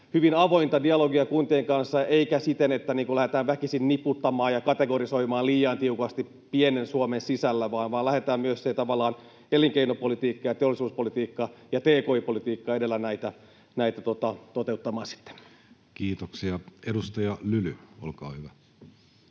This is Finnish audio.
hyvin avointa dialogia kuntien kanssa, eikä siten, että lähdetään väkisin niputtamaan ja kategorisoimaan liian tiukasti pienen Suomen sisällä, vaan lähdetään myös tavallaan elinkeinopolitiikka ja teollisuuspolitiikka ja tki-politiikka edellä näitä sitten toteuttamaan. Kiitoksia. — Edustaja Lyly, olkaa hyvä.